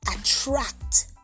attract